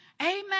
Amen